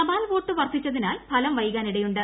തപാൽ വോട്ട് വർദ്ധിച്ചതിനാൽ ഫലം വൈകാനിടയുണ്ട്